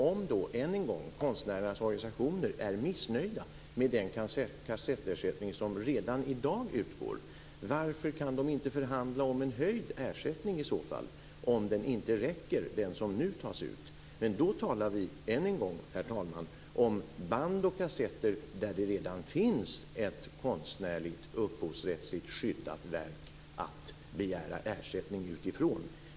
Om då, än en gång, konstnärernas organisationer är missnöjda med den kassettersättning som redan i dag utgår, varför kan de inte förhandla om en höjning av ersättningen? Men då talar vi än en gång, herr talman, om band och kassetter som innehåller ett konstnärligt upphovsrättsligt skyddat verk att begära ersättning för.